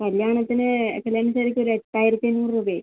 കല്യാണത്തിന് കല്യാണ സാരിക്ക് ഒരു എട്ടായിരത്തി അഞ്ഞൂറ് രൂപയായി